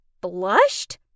blushed